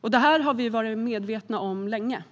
Detta har vi varit medvetna om länge.